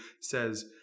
says